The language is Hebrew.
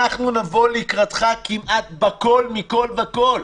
אנחנו נבוא לקראתך כמעט בכול, מכול, כול.